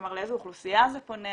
כלומר לאיזה אוכלוסייה זה פונה,